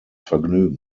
vergnügen